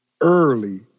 Early